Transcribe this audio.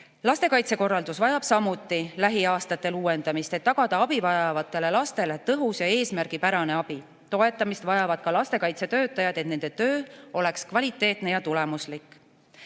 Lastekaitse korraldus vajab samuti lähiaastatel uuendamist, et tagada abi vajavatele lastele tõhus ja eesmärgipärane abi. Toetamist vajavad ka lastekaitsetöötajad, et nende töö oleks kvaliteetne ja tulemuslik.